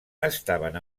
estaven